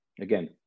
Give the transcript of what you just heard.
again